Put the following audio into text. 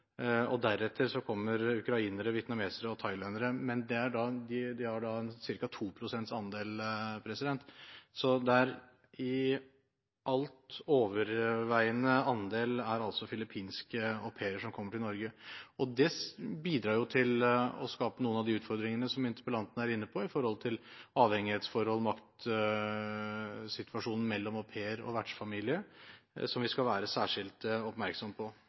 Deretter kommer ukrainere, vietnamesere og thailendere, men de har en ca. 2 pst. andel. Så den alt overveiende andel er altså filippinske au pairer som kommer til Norge. Det bidrar til å skape noen av de utfordringene som interpellanten var inne på, avhengighetsforhold, maktsituasjonen mellom au pair og vertsfamilie, som vi skal være særskilt oppmerksomme på.